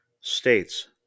States